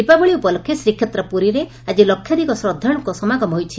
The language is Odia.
ଦୀପାବଳି ଉପଲକ୍ଷେ ଶ୍ରୀକ୍ଷେତ୍ର ପୁରୀରେ ଆଜି ଲକ୍ଷାଧ୍କ ଶ୍ରଦ୍ଧାଳୁଙ୍କ ସମାଗମ ହୋଇଛି